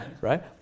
right